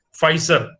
Pfizer